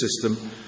system